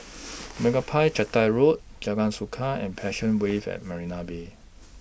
Meyappa Chettiar Road Jalan Suka and Passion Wave At Marina Bay